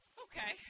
Okay